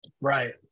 Right